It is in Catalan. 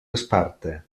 esparta